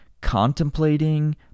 contemplating